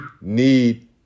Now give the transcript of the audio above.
need